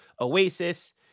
oasis